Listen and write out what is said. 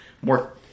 more